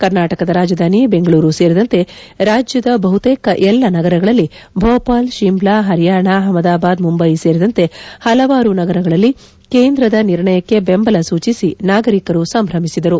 ಕರ್ನಾಟಕದ ರಾಜಧಾನಿ ಬೆಂಗಳೂರು ಸೇರಿದಂತೆ ರಾಜ್ಯದ ಬಹುತೇಕ ಎಲ್ಲ ನಗರಗಳಲ್ಲಿ ಭೋಪಾಲ್ ಶಿಮ್ಲಾ ಹರಿಯಾಣ ಅಹಮದಾಬಾದ್ ಮುಂಬಯಿ ಸೇರಿದಂತೆ ಹಲವಾರು ನಗರಗಳಲ್ಲಿ ಕೇಂದ್ರದ ನಿರ್ಣಯಕ್ಕೆ ಬೆಂಬಲ ಸೂಚಿಸಿ ನಾಗರಿಕರು ಸಂಭ್ರಮಿಸಿದರು